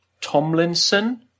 Tomlinson